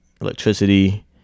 electricity